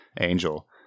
angel